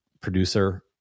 producer